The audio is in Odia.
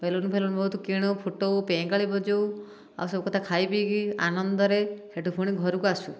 ବେଲୁନ୍ ଫେଲୁନ୍ ବହୁତ କିଣୁ ଫୁଟଉ ପେଁକାଳୀ ବଜାଉ ଆଉ ସବୁ କଥା ଖାଇ ପିଇକି ଆନନ୍ଦରେ ସେଇଠୁ ପୁଣି ଘରକୁ ଆସୁ